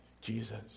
Jesus